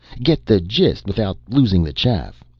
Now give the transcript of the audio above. get the gist without losing the chaff.